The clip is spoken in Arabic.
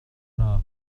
أخرى